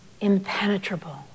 impenetrable